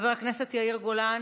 חבר הכנסת יאיר גולן,